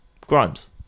Grimes